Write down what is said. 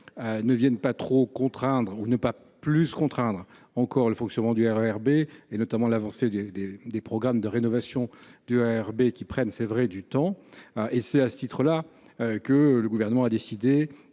ne viennent pas trop contraindre ou ne pas plus contraindre encore le fonctionnement du RER B et notamment l'avancée il y a des des programmes de rénovation du ARB qui prennent c'est vrai du temps et c'est à ce titre-là que le gouvernement a décidé